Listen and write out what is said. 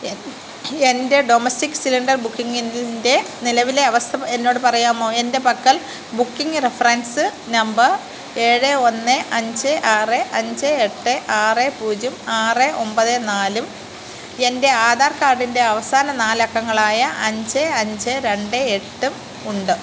എൻ്റെ domestic cylinder ബുക്കിങ്ങിൻ്റെ നിലവിലെ അവസ്ഥ എന്നോട് പറയാമോ എൻ്റെ പക്കൽ ബുക്കിങ് റഫറൻസ് നമ്പർ ഏഴ് ഒന്ന് അഞ്ച് ആറ് അഞ്ച് എട്ട് ആറ് പൂജ്യം ആറ് ഒമ്പത് നാലും എൻ്റെ ആധാർ കാർഡിൻ്റെ അവസാന നാല് അക്കങ്ങളായ അഞ്ച് അഞ്ച് രണ്ട് എട്ടും ഉണ്ട്